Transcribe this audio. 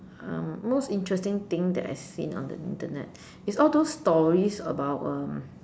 um most interesting thing that I have seen on the Internet is all those stories about um